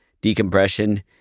decompression